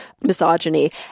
misogyny